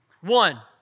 One